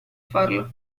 farlo